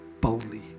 boldly